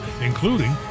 including